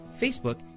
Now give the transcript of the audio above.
Facebook